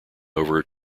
over